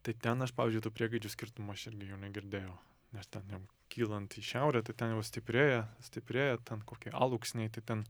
tai ten aš pavyzdžiui tų priegaidžių skirtumo aš irgi jau negirdėjau nes ten jau kylant į šiaurę tai ten jau stiprėja stiprėja ten kokioj alūksnėj tai ten